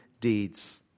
deeds